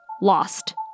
lost